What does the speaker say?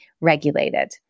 regulated